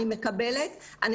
ואני מקבלת אותם.